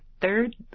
third